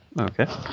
Okay